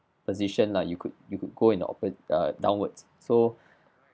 position lah you could you could go in the oppo~ err downwards so